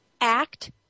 act